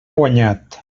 guanyat